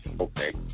okay